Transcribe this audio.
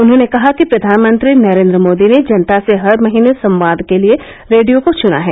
उन्होंने कहा कि प्रधानमंत्री नरेन्द्र मोदी ने जनता से हर महीने संवाद के लिए रेडियो को चना है